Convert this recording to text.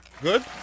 Good